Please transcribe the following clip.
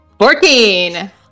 Fourteen